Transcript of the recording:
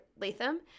Latham